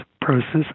process